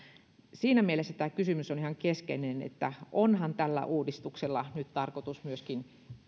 siinä mielessä tämä kysymys on ihan keskeinen että onhan tällä uudistuksella nyt tarkoitus myöskin